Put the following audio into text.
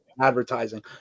advertising